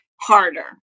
harder